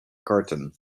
karten